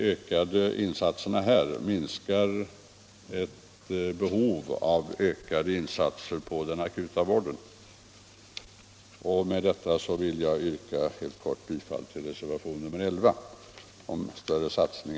Ökade insatser i det avseendet minskar behovet av ökade insatser för den akuta vården. Med detta vill jag yrka bifall till reservationen 11. Herr talman!